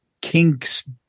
kinks